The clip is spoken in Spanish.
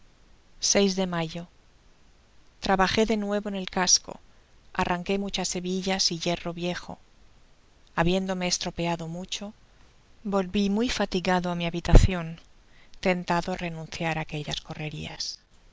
de mayo trabajé de nuevo en el casco arranqué muchas hebillas y hierro viejo habiéndome estropeado mucho volvi muy fatigado á mi habitacion tentadoá renunciar á aquellas correrias